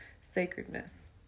sacredness